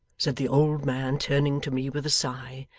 said the old man turning to me with a sigh,